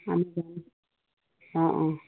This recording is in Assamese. অঁ অঁ